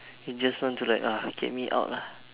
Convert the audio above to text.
you just want to like uh get me out lah